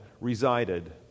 resided